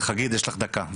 חגית יש לך דקה.